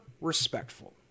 respectful